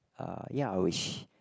uh ya which